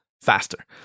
faster